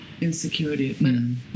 insecurity